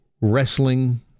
wrestling